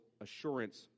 assurance